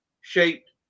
shaped